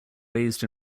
raised